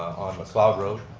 on mathog road,